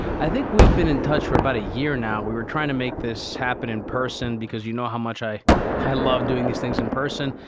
i think we've been in touch for about a year now. we were trying to make this happen in person because you know how much i i love doing these things in person.